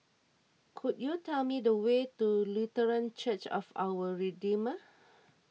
could you tell me the way to Lutheran Church of Our Redeemer